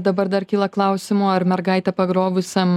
dabar dar kyla klausimų ar mergaitę pagrobusiam